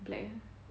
black eh